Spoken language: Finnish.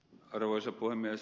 arvoisa puhemies